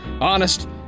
honest